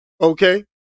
Okay